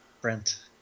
Brent